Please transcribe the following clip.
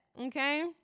okay